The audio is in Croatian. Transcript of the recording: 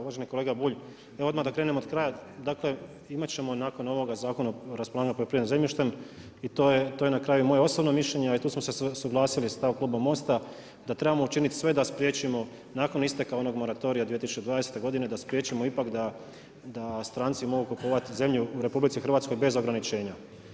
Uvaženi kolega Bulj, evo odmah da krenem od kraja, dakle, imati ćemo nakon ovoga Zakon o raspolaganju poljoprivrednom zemljištem i to je na kraju moje osobno mišljenje, a i tu smo se suglasili sa stavom Kluba Mosta da trebamo učiniti sve da spriječimo nakon isteka onog mora gorja 2020. godine da spriječimo ipak da stranci mogu kupovati zemlju RH, bez ograničenja.